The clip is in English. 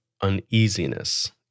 uneasiness